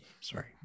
Sorry